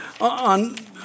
on